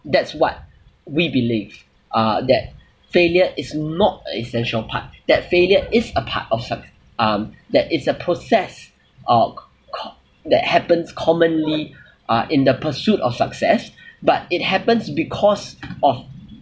that's what we believe uh that failure is not essential part that failure is a part of suc~ um that it's a process uh co~ that happens commonly uh in the pursuit of success but it happens because of